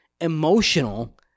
emotional